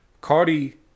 Cardi